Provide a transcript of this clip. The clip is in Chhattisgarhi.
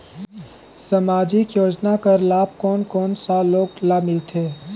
समाजिक योजना कर लाभ कोन कोन सा लोग ला मिलथे?